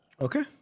Okay